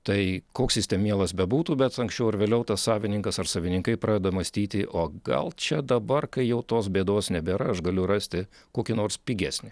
tai koks jis ten mielas bebūtų bet anksčiau ar vėliau tas savininkas ar savininkai pradeda mąstyti o gal čia dabar kai jau tos bėdos nebėra aš galiu rasti kokį nors pigesnį